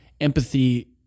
empathy